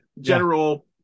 general